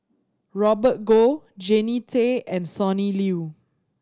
Robert Goh Jannie Tay and Sonny Liew